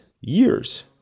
years